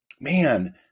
man